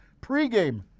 pregame